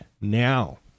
now